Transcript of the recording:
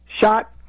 shot